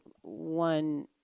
one